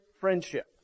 friendship